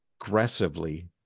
aggressively